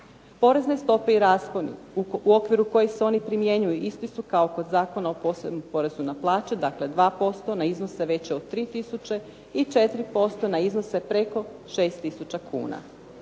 Porezne stope i rasponi u okviru kojih se oni primjenjuju isti su kao kod Zakona o posebnom porezu na plaće, dakle 2% na iznose veće od 3 tisuće i 4% na iznose preko 6 tisuća kuna.